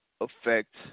affect